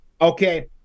Okay